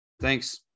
Thanks